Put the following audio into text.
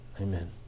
Amen